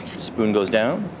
spoon goes down.